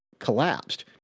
collapsed